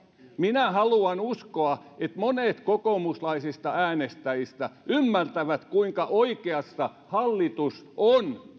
minä haluan uskoa että monet kokoomuslaisista äänestäjistä ymmärtävät kuinka oikeassa hallitus on